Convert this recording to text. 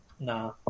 Nah